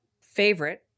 favorite